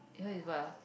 here is what ah